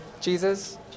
Jesus